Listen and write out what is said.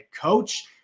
coach